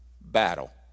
battle